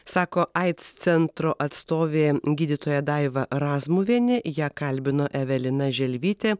sako aids centro atstovė gydytoja daiva razmuvienė ją kalbino evelina želvytė